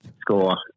Score